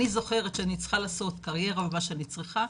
אני זוכרת שאני צריכה לעשות קריירה במה שאני צריכה,